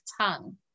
tongue